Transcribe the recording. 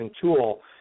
tool